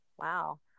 Wow